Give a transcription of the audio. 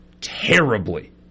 terribly